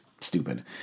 stupid